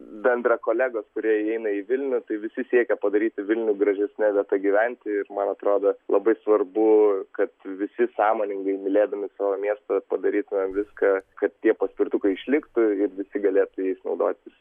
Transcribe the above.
bendra kolegos kurie įeina į vilnių tai visi siekia padaryti vilnių gražesne vieta gyventi ir man atrodo labai svarbu kad visi sąmoningai mylėdami savo miestą padarytumėm viską kad tie paspirtukai išliktų ir visi galėtų jais naudotis